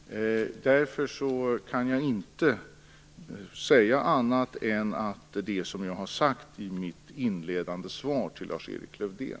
Därför kan jag inte säga något annat än det som jag har sagt i mitt inledande svar till Lars-Erik Lövdén.